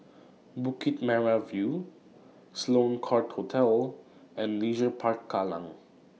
Bukit Merah View Sloane Court Hotel and Leisure Park Kallang